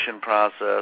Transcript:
process